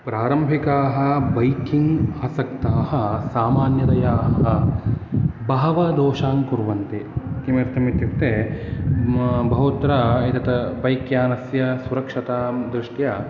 प्रारम्भिकाः बैकिन्ग् आसक्ताः सामान्याः बहवः दोषान् कुर्वन्ति किमर्थम् इत्युक्ते बहुत्र एतत् बैक् यानस्य सुरक्षतां दृष्ट्या